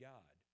God